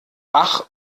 ach